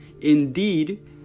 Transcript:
indeed